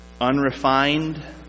unrefined